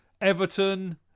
Everton